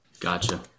gotcha